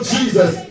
Jesus